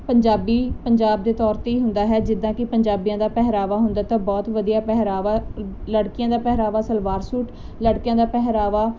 ਪੰਜਾਬੀ ਪੰਜਾਬ ਦੇ ਤੌਰ ਤੇ ਹੀ ਹੁੰਦਾ ਹੈ ਜਿੱਦਾਂ ਕਿ ਪੰਜਾਬੀਆਂ ਦਾ ਪਹਿਰਾਵਾ ਹੁੰਦਾ ਤਾਂ ਬਹੁਤ ਵਧੀਆ ਪਹਿਰਾਵਾ ਲੜਕੀਆਂ ਦਾ ਪਹਿਰਾਵਾ ਸਲਵਾਰ ਸੂਟ ਲੜਕਿਆਂ ਦਾ ਪਹਿਰਾਵਾ